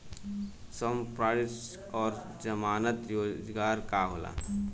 संपार्श्विक और जमानत रोजगार का होला?